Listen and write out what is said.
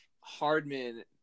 Hardman